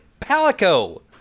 palico